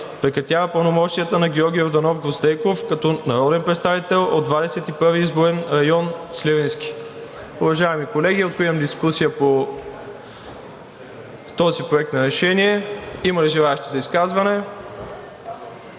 Прекратява пълномощията на Георги Йорданов Гвоздейков като народен представител от Двадесет и първи изборен район – Сливенски.“ Уважаеми колеги, откривам дискусия по този проект на решение. Има ли желаещи за изказване?